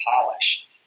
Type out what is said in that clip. polish